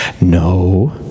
No